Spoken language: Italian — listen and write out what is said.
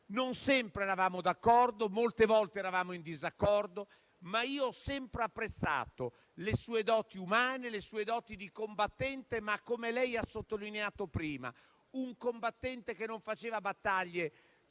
Non sempre eravamo d'accordo; molte volte eravamo in disaccordo, ma ho sempre apprezzato le sue doti umane, le sue doti di combattente, ma, come lei ha sottolineato prima, signor Presidente, era un combattente che non faceva battaglie per